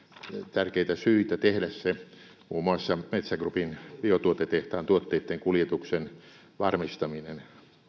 tärkeitä syitä tehdä se muun muassa metsä groupin biotuotetehtaan tuotteitten kuljetuksen varmistaminen